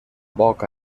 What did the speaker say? boca